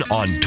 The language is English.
on